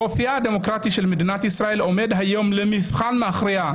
אופייה הדמוקרטי של מדינת ישראל עומד היום למבחן מכריע.